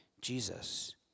Jesus